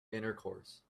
intercourse